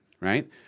right